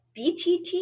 BTT